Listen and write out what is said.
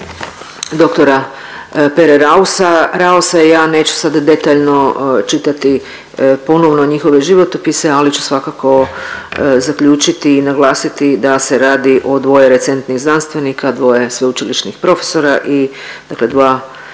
prof.dr. Pere Raosa ja neću sada detaljno čitati ponovno njihove životopise, ali ću svakako zaključiti i naglasiti da se radi o dvoje recentnih znanstvenika, dvoje sveučilišnih profesora i dvoje